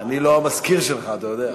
אני לא המזכיר שלך, אתה יודע.